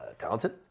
Talented